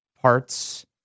parts